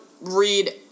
read